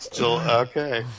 okay